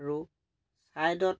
আৰু ছাইডত